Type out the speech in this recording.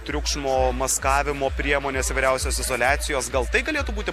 triukšmo maskavimo priemonės įvairiausios izoliacijos gal tai galėtų būti